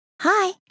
Hi